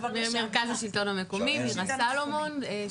מהמרכז השלטון המקומי, מירה סלומון.